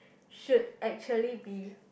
should actually be